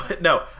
no